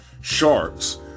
sharks